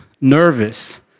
nervous